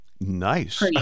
Nice